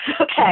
Okay